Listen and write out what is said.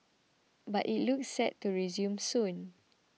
but it looks set to resume soon